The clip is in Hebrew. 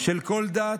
של כל דת,